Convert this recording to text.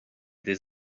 des